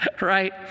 Right